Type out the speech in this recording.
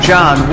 John